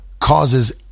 causes